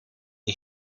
die